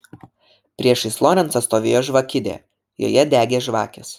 priešais lorencą stovėjo žvakidė joje degė žvakės